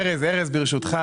רק שנייה, ארז, ארז, ברשותך.